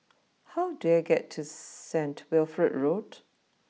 how do I get to Saint Wilfred Road